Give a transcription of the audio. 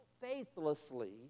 faithlessly